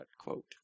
quote